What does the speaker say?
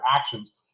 actions